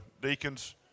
deacons